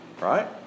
Right